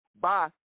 Bye